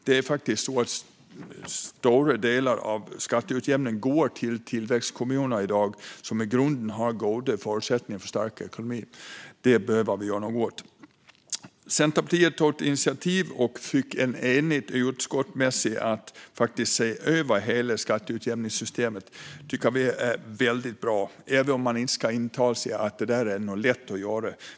Det är faktiskt så att stora delar av skatteutjämningen i dag går till tillväxtkommuner som i grunden har goda förutsättningar för en stark ekonomi. Det behöver vi göra något åt. Centerpartiet tog ett initiativ och fick ett enigt utskott med sig för att se över hela skatteutjämningssystemet. Det tycker vi är väldigt bra - även om man inte ska intala sig att det är lätt att göra.